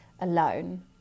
alone